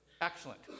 Excellent